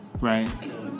Right